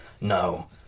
no